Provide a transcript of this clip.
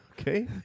Okay